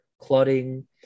clotting